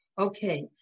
Okay